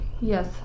Yes